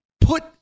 put